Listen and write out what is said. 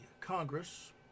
Congress